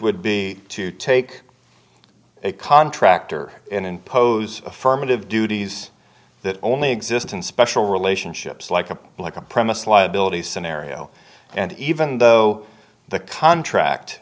would be to take a contractor and impose affirmative duties that only exist in special relationships like a like a promise liability scenario and even though the contract